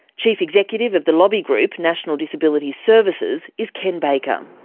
chief executive of the lobby group national disability services is ken baker.